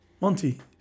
Monty